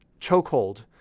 chokehold